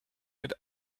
mit